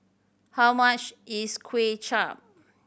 how much is Kuay Chap